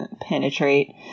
Penetrate